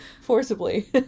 forcibly